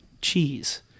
cheese